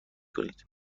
کنید